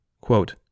Quote